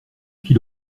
qu’il